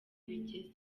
bigeze